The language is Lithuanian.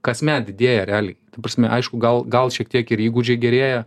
kasmet didėja realiai ta prasme aišku gal gal šiek tiek ir įgūdžiai gerėja